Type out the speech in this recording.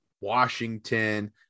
Washington